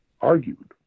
argued